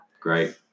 Great